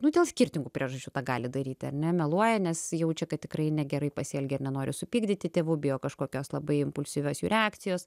nu dėl skirtingų priežasčių tą gali daryti ar ne meluoja nes jaučia kad tikrai negerai pasielgė ir nenori supykdyti tėvų bijo kažkokios labai impulsyvios jų reakcijos